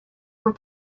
were